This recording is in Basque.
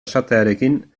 esatearekin